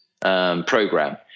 program